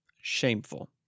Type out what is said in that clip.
Shameful